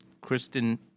Kristen